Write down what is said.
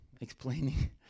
explaining